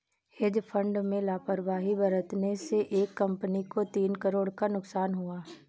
hedge fund में लापरवाही बरतने से एक कंपनी को तीन करोड़ का नुकसान हुआ